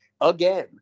again